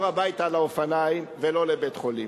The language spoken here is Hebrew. הביתה על האופניים ולא לבית-חולים.